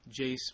Jace